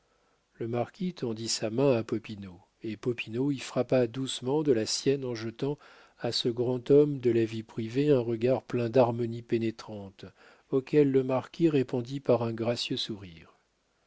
le marquis tendit sa main à popinot et popinot y frappa doucement de la sienne en jetant à ce grand homme de la vie privée un regard plein d'harmonies pénétrantes auquel le marquis répondit par un gracieux sourire